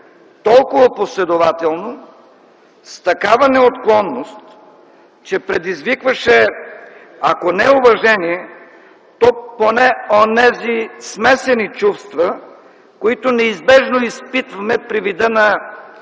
толкова последователно, с такава неотклонност, че предизвикваше, ако не уважение, то поне онези смесени чувства, които неизбежно изпитваме при вида на